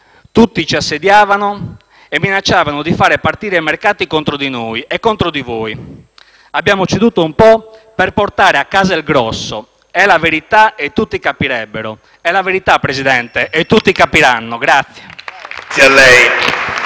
«Tutti ci assediavano e minacciavano di fare partire i mercati contro di noi e contro di voi. Abbiamo ceduto un po' per portare a casa il grosso. È la verità e tutti capirebbero». Presidente, è la verità e tutti capiranno. *(Applausi dal